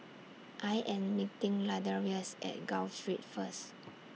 I Am meeting Ladarius At Gul Street First